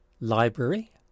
Library